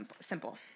simple